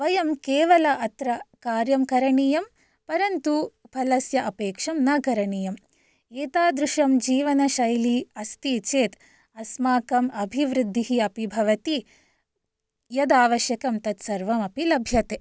वयं केवलम् अत्र कार्यं करणीयं परन्तु फलस्य अपेक्षं न करणीयम् एतादृशं जीवनशैली अस्ति चेत् अस्माकम् अभिवृद्धिः अपि भवति यत् आवश्यकं तत् सर्वमपि लभ्यते